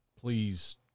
please